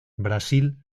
brasil